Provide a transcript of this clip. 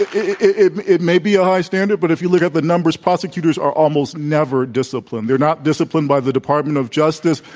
it it may be a high standard. but if you look at the numbers, prosecutors are almost never disciplined. they're not disciplined by the department of justice.